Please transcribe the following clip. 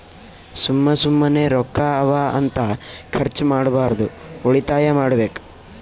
ಸುಮ್ಮ ಸುಮ್ಮನೆ ರೊಕ್ಕಾ ಅವಾ ಅಂತ ಖರ್ಚ ಮಾಡ್ಬಾರ್ದು ಉಳಿತಾಯ ಮಾಡ್ಬೇಕ್